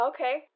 Okay